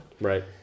Right